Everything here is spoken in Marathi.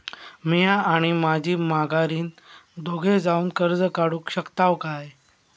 म्या आणि माझी माघारीन दोघे जावून कर्ज काढू शकताव काय?